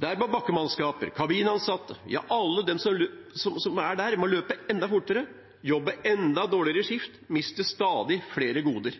Der var bakkemannskaper, kabinansatte, ja alle dem som er der, må løpe enda fortere, jobbe enda dårligere skift, miste stadig flere goder.